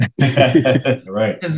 Right